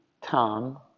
Tom